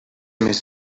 més